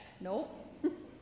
Nope